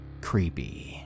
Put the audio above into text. creepy